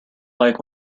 like